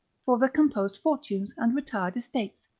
for their composed fortunes, and retired estates,